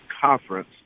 conference